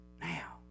now